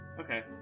okay